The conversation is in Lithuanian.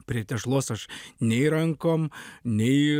prie tešlos aš nei rankom nei